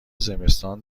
زمستان